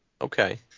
Okay